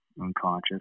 unconscious